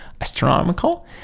astronomical